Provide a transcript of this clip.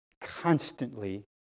constantly